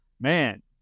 man